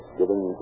giving